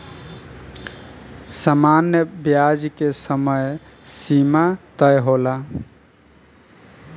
सामान्य ब्याज के समय सीमा तय होला